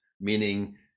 meaning